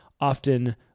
often